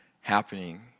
happening